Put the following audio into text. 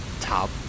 top